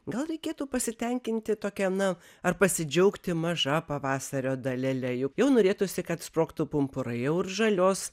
gal reikėtų pasitenkinti tokia ana ar pasidžiaugti maža pavasario dalele juk jau norėtųsi kad sprogtų pumpurai jau ir žalios